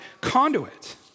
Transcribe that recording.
conduit